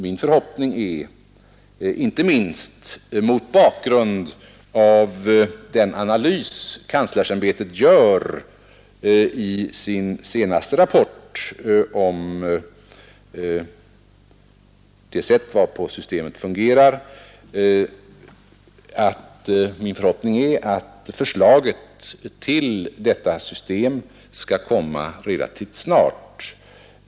Min förhoppning är, inte minst mot bakgrund av den analys kanslersämbetets gör i sin senaste rapport om det sätt varpå systemet fungerar, att förslaget till detta system skall komma relativt snart.